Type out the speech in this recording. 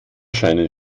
scheinen